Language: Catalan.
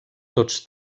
tots